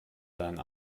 deinen